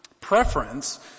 preference